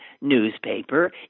newspaper